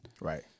Right